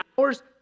hours